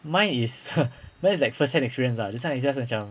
mine is mine is like first hand experience lah this one is just macham